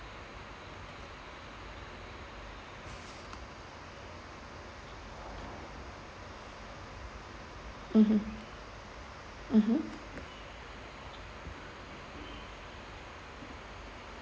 mmhmm mmhmm